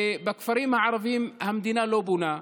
בכפרים הערביים המדינה לא בונה,